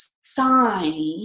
sign